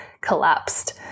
collapsed